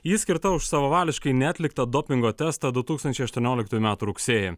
ji skirta už savavališkai neatliktą dopingo testą du tūkstančiai aštuonioliktųjų metų rugsėjį